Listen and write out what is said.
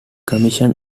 commission